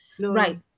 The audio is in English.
right